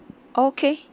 okay